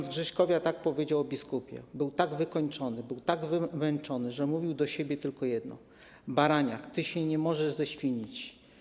Ks. Grześkowiak tak powiedział o biskupie: „(...) był tak wykończony, był tak wymęczony, że mówił do siebie tylko jedno: 'Baraniak, ty się nie możesz ześwinić'